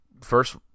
First